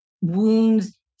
wounds